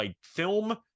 film